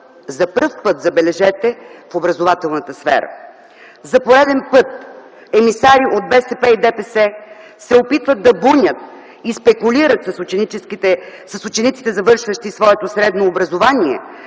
за пръв път, забележете, в образователната сфера. За пореден път емисари от БСП и ДПС се опитват да бунят и спекулират с учениците, завършващи своето средно образование,